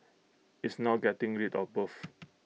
it's now getting rid of both